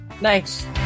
Nice